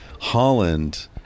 Holland